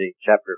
chapter